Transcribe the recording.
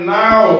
now